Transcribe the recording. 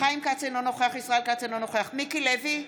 חיים כץ, אינו נוכח ישראל כץ, אינו נוכח מיקי לוי,